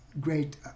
great